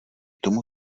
tomu